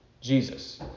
Jesus